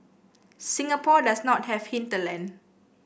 Singapore does not have hinterland